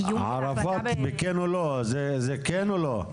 ערפאת, זה כן או לא?